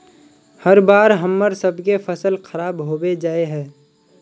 हर बार हम्मर सबके फसल खराब होबे जाए है?